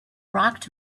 rocked